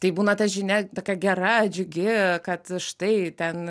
tai būna ta žinia tokia gera džiugi kad štai ten